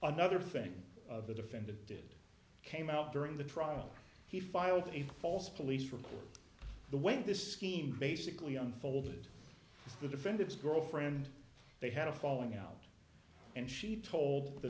another thing of the defendant did came out during the trial he filed a false police report the way this scheme basically unfolded the defendant's girlfriend they had a falling out and she told the